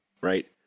right